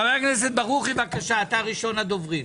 חבר הכנסת ברושי בבקשה, אתה ראשון הדוברים.